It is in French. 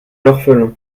l’orphelin